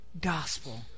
gospel